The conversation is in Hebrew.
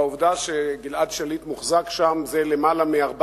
בעובדה שגלעד שליט מוחזק שם זה למעלה מארבע